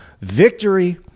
Victory